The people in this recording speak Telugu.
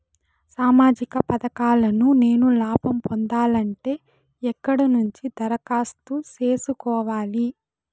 సామాజిక పథకాలను నేను లాభం పొందాలంటే ఎక్కడ నుంచి దరఖాస్తు సేసుకోవాలి?